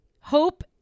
hope